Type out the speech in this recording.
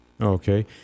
Okay